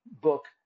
book